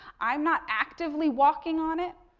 i'm not actively walking on it,